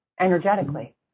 energetically